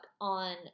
on